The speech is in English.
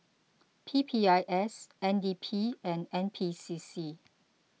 P P I S N D P and N P C C